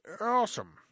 awesome